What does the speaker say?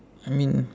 I mean